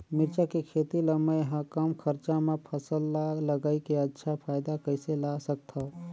मिरचा के खेती ला मै ह कम खरचा मा फसल ला लगई के अच्छा फायदा कइसे ला सकथव?